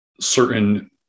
certain